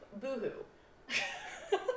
Boo-hoo